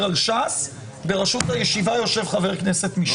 על ש"ס ברשות הישיבה יושב-חבר כנסת מש"ס.